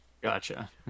Gotcha